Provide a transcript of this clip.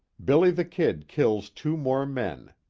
billy the kid kills two more men.